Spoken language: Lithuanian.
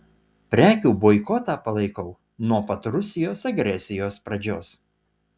prekių boikotą palaikau nuo pat rusijos agresijos pradžios